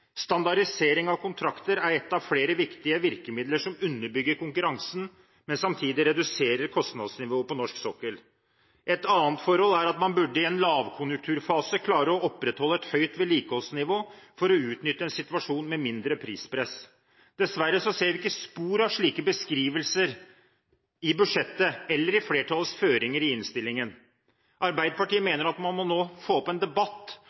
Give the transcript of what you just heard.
Standardisering av kontrakter er ett av flere viktige virkemidler som underbygger konkurransen, men samtidig reduserer kostnadsnivået på norsk sokkel. Et annet forhold er at man i en lavkonjunkturfase burde klare å opprettholde et høyt vedlikeholdsnivå for å utnytte en situasjon med mindre prispress. Dessverre ser vi ikke spor av slike beskrivelser i budsjettet eller i flertallets føringer i innstillingen. Arbeiderpartiet mener at man nå må få opp en debatt